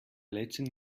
letting